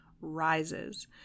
rises